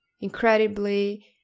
incredibly